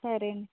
సరే అండి